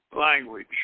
language